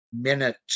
minute